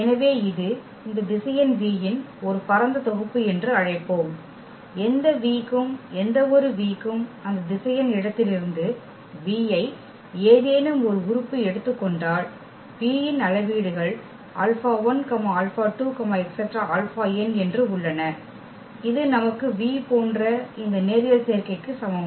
எனவே இது இந்த திசையன் v இன் ஒரு பரந்த தொகுப்பு என்று அழைப்போம் எந்த V க்கும் எந்தவொரு v க்கும் அந்த திசையன் இடத்திலிருந்து V ஐ ஏதேனும் ஒரு உறுப்பு எடுத்துக் கொண்டால் V இன் அளவீடுகள் என்று உள்ளன இது நமக்கு v போன்ற இந்த நேரியல் சேர்க்கைக்கு சமம்